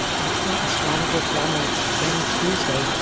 absent a strong performance on tuesday,